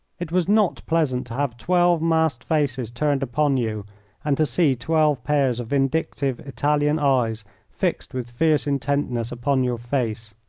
it was not pleasant to have twelve masked faces turned upon you and to see twelve pairs of vindictive italian eyes fixed with fierce intentness upon your face.